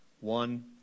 one